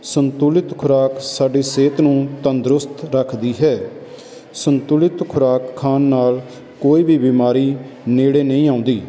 ਸੰਤੁਲਿਤ ਖੁਰਾਕ ਸਾਡੀ ਸਿਹਤ ਨੂੰ ਤੰਦਰੁਸਤ ਰੱਖਦੀ ਹੈ ਸੰਤੁਲਿਤ ਖੁਰਾਕ ਖਾਣ ਨਾਲ ਕੋਈ ਵੀ ਬਿਮਾਰੀ ਨੇੜੇ ਨਹੀਂ ਆਉਂਦੀ